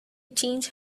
change